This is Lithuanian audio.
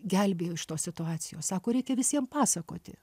gelbėjo iš tos situacijos sako reikia visiem pasakoti